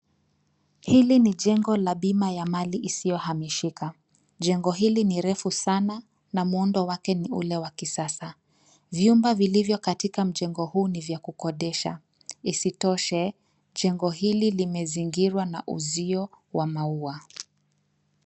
Hili ni jengo la bima ya mali isiyohamishika. Jengo hili ni refu sana na muundo wake ni ule wa kisasa. Vyumba vilivyo katika mjengo huu ni vya kukodisha. Isitoshe, jengo hili limezingirwa na uzio wa maua.